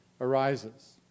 arises